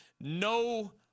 No